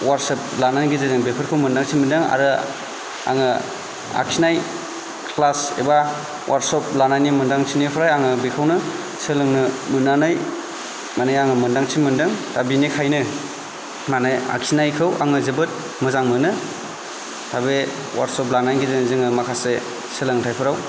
workshop लानायनि गेजेरजों बेफोरखौ मोन्दांथि मोन्दों आरो आङो आखिनाय क्लास एबा अवार्कशप लानायनि मोन्दांथिनिफ्राय आङो बेखौनो सोलोंनो मोननानै माने आङो मोन्दांथि मोन्दों दा बिनिखायनो माने आखिनायखौ आङो जोबोद मोजां मोनो दा बे अवार्कशप लानायनि गेजेरजों जोङो माखासे सोलोंथाइफोराव